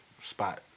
spot